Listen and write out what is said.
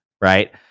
Right